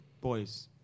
Boys